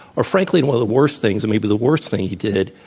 or frankly, one of the worst things, and maybe the worst thing he did,